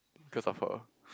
because of her